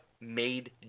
made